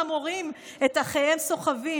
/ הינה זוג חמורים את אחיהם סוחב.